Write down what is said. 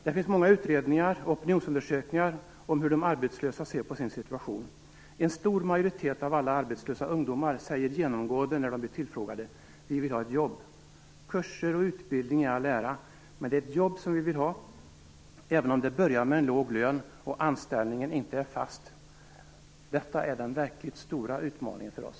Det finns många utredningar och opinionsundersökningar om hur de arbetslösa ser på sin situation. En stor majoritet av alla arbetslösa ungdomar säger genomgående, när de blir tillfrågade: Vi vill ha ett jobb. Kurser och utbildning i all ära, men det är ett jobb som vi vill ha även om det till en början är låg lön och anställningen inte är fast. Detta är den verkligt stora utmaningen för oss.